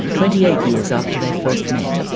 twenty eight years after they first met.